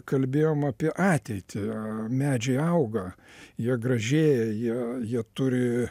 kalbėjom apie ateitį medžiai auga jie gražėja jie jie turi